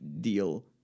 deal